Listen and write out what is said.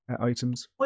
items